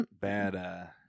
bad